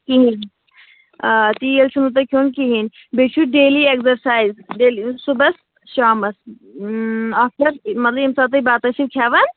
کِہیٖنٛۍ آ تیٖل چھُو نہٕ تۄہہِ کھیٚون کِہیٖنٛۍ بیٚیہِ چھُو ڈیلی ایٚکزرسایز صُبحس شامس آفٹر مطلب ییٚمہِ ساتہٕ تُہۍ بتہٕ ٲسِو کھیٚوان